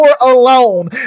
alone